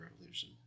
revolution